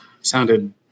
sounded